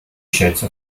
shades